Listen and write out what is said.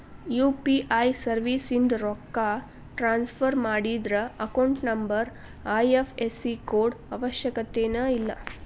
UPI ಸರ್ವಿಸ್ಯಿಂದ ರೊಕ್ಕ transfer ಮಾಡಿದ್ರ ಅಕೌಂಟ್ ನಂಬರ್ ಐ.ಎಫ್.ಎಸ್.ಸಿ ಕೋಡ್ ಅವಶ್ಯಕತೆನ ಇಲ್ಲ